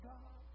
God